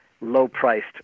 low-priced